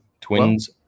twins